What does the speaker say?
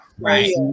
Right